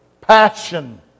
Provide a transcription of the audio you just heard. passion